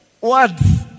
Words